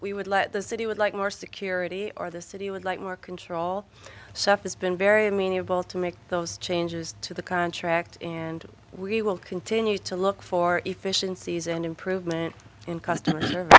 we would let the city would like more security or the city would like more control sufis been very amenable to make those changes to the contract and we will continue to look for efficiencies and improvement in customer service